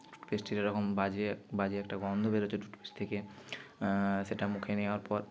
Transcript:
টুথপেস্টটির এরকম বাজে বাজে একটা গন্ধ বেরোচ্ছে টুথপেস্ট থেকে সেটা মুখে নেওয়ার পর